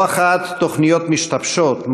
לא אחת תוכניות משתבשות,